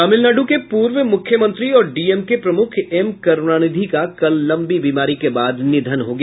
तमिलनाड् के पूर्व मूख्यमंत्री और डीएमके प्रमुख एम करूणानिधि का कल लम्बी बीमारी के बाद निधन हो गया